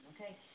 okay